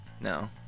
no